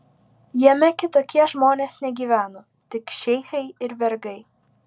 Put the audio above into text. jame kitokie žmonės negyveno tik šeichai ir vergai